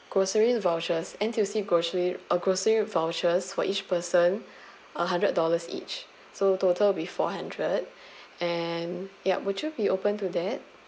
grocery vouchers N_T_U_C grocery uh grocery vouchers for each person uh hundred dollars each so total would be four hundred and yup would you be open to that